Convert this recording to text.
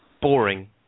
boring